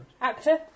Actor